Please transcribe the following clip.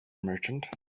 merchant